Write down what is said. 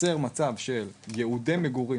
יוצר מצב של ייעודי מגורים.